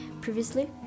previously